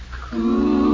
Cool